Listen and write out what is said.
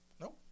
No